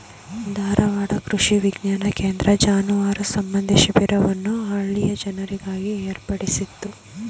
ಧಾರವಾಡ ಕೃಷಿ ವಿಜ್ಞಾನ ಕೇಂದ್ರ ಜಾನುವಾರು ಸಂಬಂಧಿ ಶಿಬಿರವನ್ನು ಹಳ್ಳಿಯ ಜನರಿಗಾಗಿ ಏರ್ಪಡಿಸಿತ್ತು